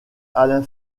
alain